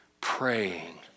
praying